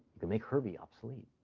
you can make herbie obsolete.